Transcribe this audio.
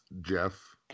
Jeff